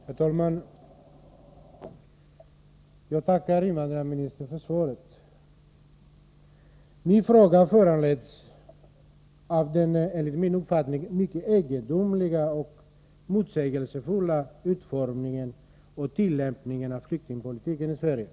Herr talman! Jag tackar invandrarministern för svaret. Min fråga har föranletts av den enligt min uppfattning mycket egendomliga och motsägelsefulla utformningen och tillämpningen av flyktingpolitiken i Sverige.